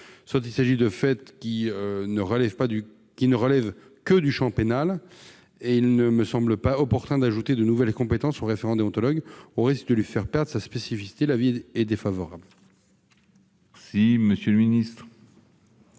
soit il s'agit de faits qui ne relèvent que du champ pénal et il ne me semble pas opportun d'ajouter de nouvelles compétences au référent déontologue, au risque de lui faire perdre sa spécificité. L'avis est défavorable. Quel est l'avis